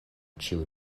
ĉiuj